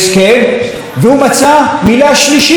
הוא מצא מילה שלישית, הסדרה.